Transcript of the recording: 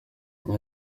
iyi